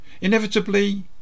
Inevitably